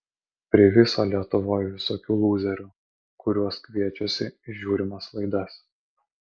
priviso lietuvoj visokių lūzerių kuriuos kviečiasi į žiūrimas laidas